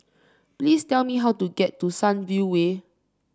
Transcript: please tell me how to get to Sunview Way